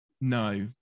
No